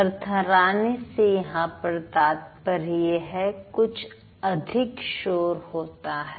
थरथराने से यहां पर तात्पर्य है कुछ अधिक शोर होता है